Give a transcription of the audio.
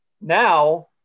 Now